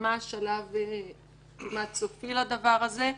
ממש בשלב כמעט סופי לדבר הזה,